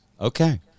Okay